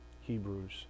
Hebrews